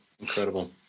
Incredible